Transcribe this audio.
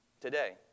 today